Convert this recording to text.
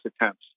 attempts